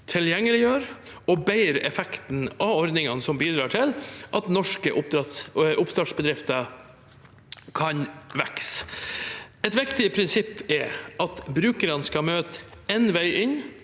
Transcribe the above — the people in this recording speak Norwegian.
tilgjengeliggjøre og bedre effekten av ordningene som bidrar til at norske oppstartsbedrifter kan vokse. Et viktig prinsipp er at brukerne skal møte én vei inn